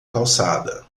calçada